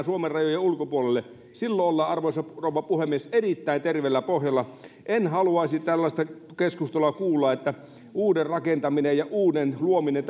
suomen rajojen ulkopuolelle silloin ollaan arvoisa rouva puhemies erittäin terveellä pohjalla en haluaisi tällaista keskustelua kuulla että uuden rakentaminen ja uuden luominen